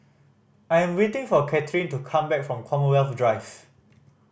I am waiting for Katherine to come back from Commonwealth Drive